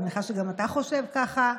אני מניחה שגם אתה חושב ככה.